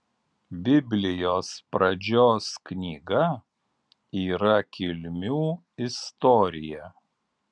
biblijos pradžios knyga yra kilmių istorija